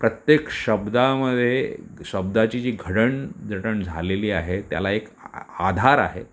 प्रत्येक शब्दामध्ये शब्दाची जी जडणघडण झालेली आहे त्याला एक आधार आहे